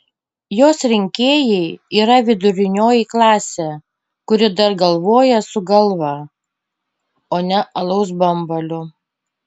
jos rinkėjai yra vidurinioji klasė kuri dar galvoja su galva o ne alaus bambaliu